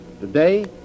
Today